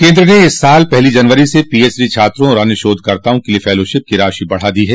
केन्द्र ने इस साल पहली जनवरी से पीएचडी छात्रों और अन्य शोधकर्ताओं के लिए फेलोशिप की राशि बढ़ा दी है